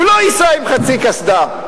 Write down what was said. הוא לא ייסע עם חצי קסדה.